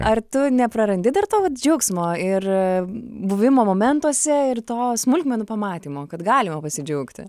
ar tu neprarandi dar to vat džiaugsmo ir buvimo momentuose ir to smulkmenų pamatymo kad galima pasidžiaugti